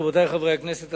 רבותי חברי הכנסת,